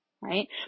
Right